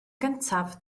gyntaf